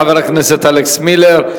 תודה לחבר הכנסת אלכס מילר.